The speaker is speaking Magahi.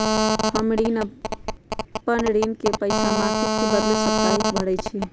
हम अपन ऋण के पइसा मासिक के बदले साप्ताहिके भरई छी